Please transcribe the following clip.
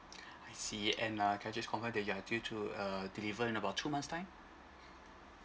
I see and uh can I just confirm that you're due to uh deliver in about two months' time